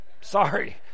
Sorry